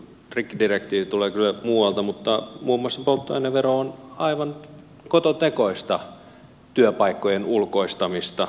rikkidirektiivi tulee kyllä muualta mutta muun muassa polttoainevero on aivan kototekoista työpaikkojen ulkoistamista